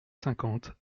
cinquante